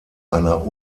einer